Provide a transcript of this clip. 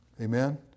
Amen